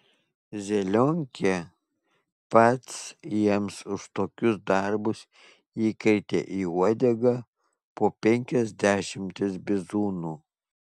zelionkė pats jiems už tokius darbus įkrėtė į uodegą po penkias dešimtis bizūnų